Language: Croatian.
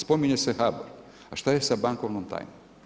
Spominje se HBOR, a šta je sa bankovnom tajnom?